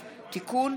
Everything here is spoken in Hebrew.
(תיקון,